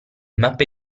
mappe